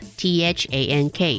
t-h-a-n-k